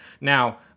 Now